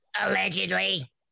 Allegedly